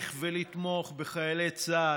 חבר הכנסת מיכאל מלכיאלי,